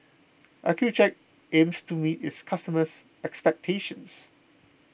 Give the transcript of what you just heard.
Accucheck aims to meet its customers' expectations